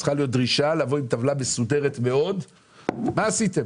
צריכה להיות דרישה עם טבלה מסודרת מאוד שאומרת מה עשיתם